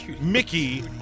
Mickey